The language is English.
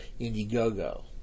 Indiegogo